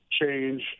change